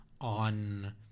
on